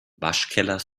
waschkeller